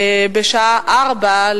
בשעה 16:00,